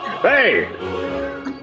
Hey